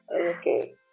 Okay